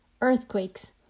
Earthquakes